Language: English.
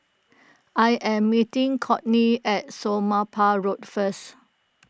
I am meeting Cortney at Somapah Road first